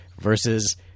versus